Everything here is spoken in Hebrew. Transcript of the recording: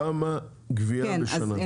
כמה גבייה בשנה,